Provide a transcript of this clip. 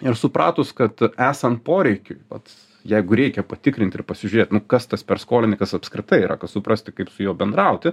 ir supratus kad esant poreikiui vat jeigu reikia patikrint ir pasižiūrėt nu kas tas per skolininkas apskritai yra kad suprasti kaip su juo bendrauti